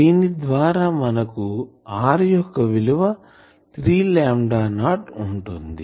దీని ద్వారా మనకు r యొక్క విలువ 3 లాంబ్డా నాట్ ఉంటుంది